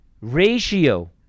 ratio